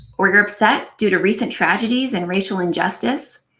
or you're upset due to recent tragedies and racial injustice.